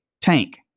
Tank